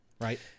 Right